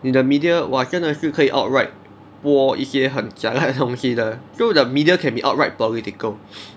你的 media !wah! 真的是可以 outright 播一些很 jialat 的东西的 so the media can be outright political